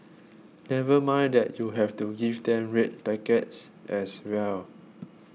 never mind that you have to give them red packets as well